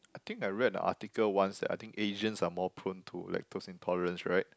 I think I read an article once that I think Asians are more prone to lactose intolerance right